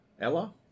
Ella